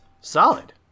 Solid